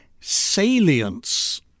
salience